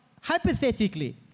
hypothetically